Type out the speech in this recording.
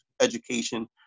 education